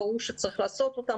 ברור שצריך לעשות אותם,